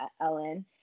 Ellen